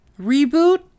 reboot